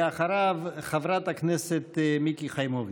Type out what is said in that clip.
אחריו, חברת הכנסת מיקי חיימוביץ'.